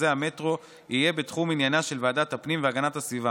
זה המטרו יהיה בתחום ענייניה של ועדת הפנים והגנת הסביבה,